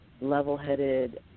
level-headed